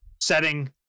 setting